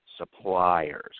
Suppliers